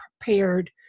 prepared